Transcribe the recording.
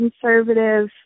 conservative